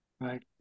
Right